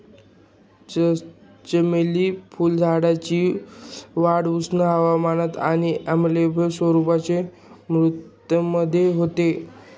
चमेली फुलझाडाची वाढ उष्ण हवामानात आणि आम्लीय स्वरूपाच्या मृदेमध्ये होते